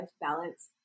balance